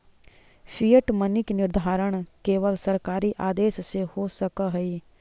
fiat money के निर्धारण केवल सरकारी आदेश से हो सकऽ हई